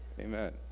Amen